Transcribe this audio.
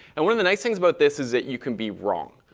and one of the nice things about this is that you can be wrong.